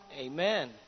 Amen